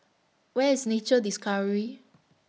Where IS Nature Discovery